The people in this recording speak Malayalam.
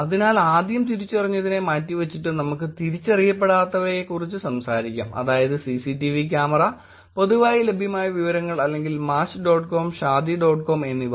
അതിനാൽ ആദ്യം തിരിച്ചറിഞ്ഞതിനെ മാറ്റിവെച്ചിട്ട് നമുക്ക് തിരിച്ചറിയപ്പെടാത്തവ യെക്കുറിച്ച് സംസാരിക്കാം അതായത് സിസിടിവി ക്യാമറ പൊതുവായി ലഭ്യമായ വിവരങ്ങൾ അല്ലെങ്കിൽ match dot com Shaadi dot com എന്നിവ